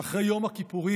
אחרי יום הכיפורים,